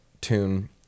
tune